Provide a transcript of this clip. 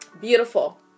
Beautiful